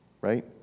right